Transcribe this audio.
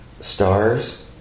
Stars